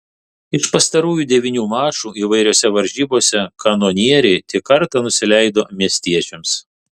iš pastarųjų devynių mačų įvairiose varžybose kanonieriai tik kartą nusileido miestiečiams